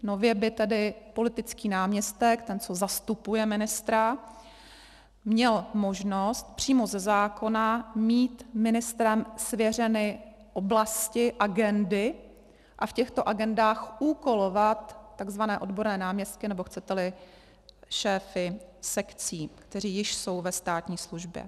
Nově by tedy politický náměstek, ten, co zastupuje ministra, měl možnost přímo ze zákona mít ministrem svěřeny oblasti, agendy, a v těchto agendách úkolovat takzvané odborné náměstky, nebo chceteli, šéfy sekcí, kteří již jsou ve státní službě.